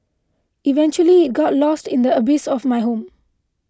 eventually it got lost in the abyss of my home